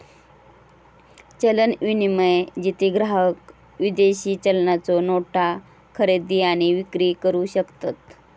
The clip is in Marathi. चलन विनिमय, जेथे ग्राहक विदेशी चलनाच्यो नोटा खरेदी आणि विक्री करू शकतत